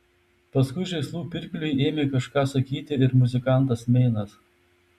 paskui žaislų pirkliui ėmė kažką sakyti ir muzikantas meinas